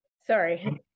sorry